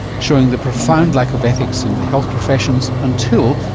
showing the profound lack of ethics in the health professions until,